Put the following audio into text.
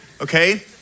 okay